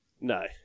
No